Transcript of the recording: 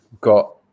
got